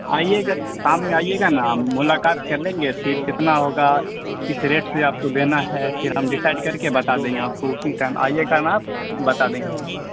آئیے گا شام میں آئیے گا نا ملاقات کر لیں گے پھر کتنا ہوگا کس ریٹ سے آپ کو دینا ہے پھر ہم ڈیسائڈ کر کے بتا دیں گے آپ کو اسی ٹائم آئیے گا نا آپ بتا دیں گے ہم